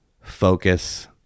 focus